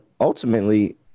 ultimately –